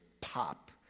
pop